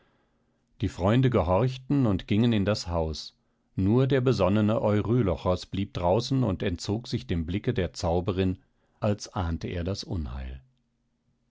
die freunde gehorchten und gingen in das haus nur der besonnene eurylochos blieb draußen und entzog sich dem blicke der zauberin als ahnte er das unheil